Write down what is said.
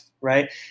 right